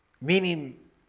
Meaning